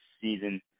season